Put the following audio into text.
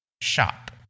shop